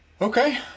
okay